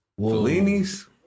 Fellinis